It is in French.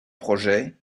projet